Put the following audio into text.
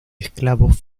esclavos